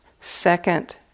second